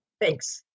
Thanks